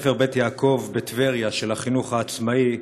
בבית-ספר "בית יעקב" בטבריה, של החינוך העצמאי,